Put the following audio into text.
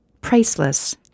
priceless